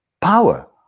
power